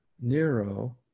Nero